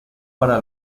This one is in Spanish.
para